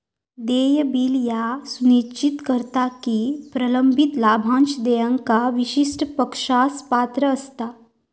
देय बिल ह्या सुनिश्चित करता की प्रलंबित लाभांश देयका विशिष्ट पक्षास पात्र असता